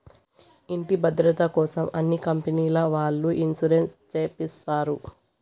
ఇంటి భద్రతకోసం అన్ని కంపెనీల వాళ్ళు ఇన్సూరెన్స్ చేపిస్తారు